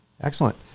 Excellent